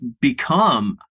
become